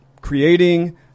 creating